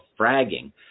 fragging